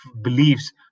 beliefs